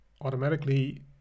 automatically